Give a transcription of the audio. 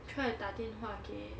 try and 打电话给